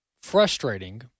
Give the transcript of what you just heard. Frustrating